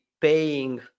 paying